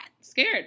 Scared